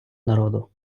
народу